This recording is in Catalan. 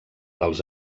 dels